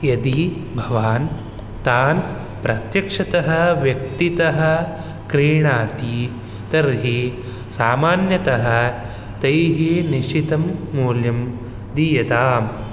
यदि भवान् तान् प्रत्यक्षतः व्यक्तितः क्रीणाति तर्हि सामान्यतः तैः निश्चितं मूल्यं दीयताम्